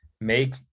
make